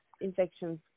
infections